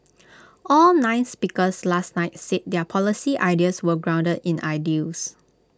all nine speakers last night said their policy ideas were grounded in ideals